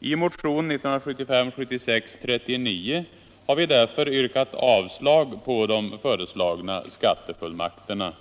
I motion 1975/76:39 har vi därför yrkat avslag på de föreslagna skattefullmakterna.